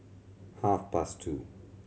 half past two